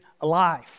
alive